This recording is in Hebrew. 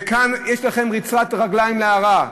וכאן יש לכם ריצת רגליים להרע,